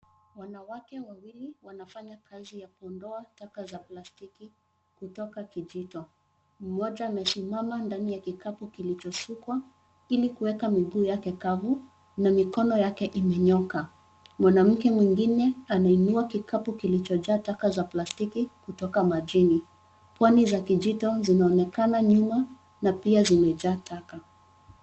Wanawake wawili wanafanya kazi ya kuondoa taka za plastiki kutoka kijito. Mmoja amesimama ndani ya kikapu kilichosukwa, ili kuweka miguu yake kavu na mikono yake imenyooka. Mwanamke mwingine ameinua kikapu kilichojaa taka za plastiki kutoka majini. Pwani za kijito zinaonekana nyuma na pia zimejaa taka.